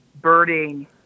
birding